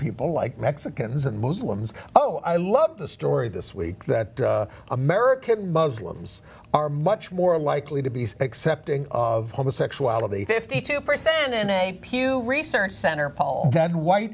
people like mexicans and muslims oh i love the story this week that american muslims are much more likely to be accepting of homosexuality fifty two percent in a pew research center poll and white